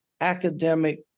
academic